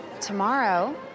tomorrow